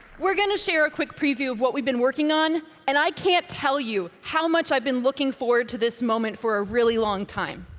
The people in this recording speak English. we're going to share a quick preview of what we've been working on, and i can't tell you how much i've been looking forward to this moment for a really long time.